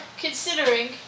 considering